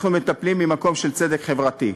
אנחנו מטפלים ממקום של צדק חברתי,